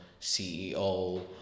CEO